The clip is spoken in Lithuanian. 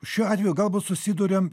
šiuo atveju galbūt susiduriam